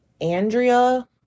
Andrea